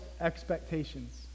expectations